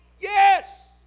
Yes